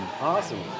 Awesome